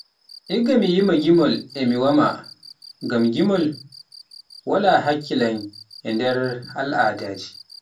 Igga mi yima e wamaa, ngam gamol wala hakkilan e nder alaadaje.